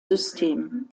system